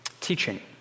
teaching